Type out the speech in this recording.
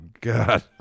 God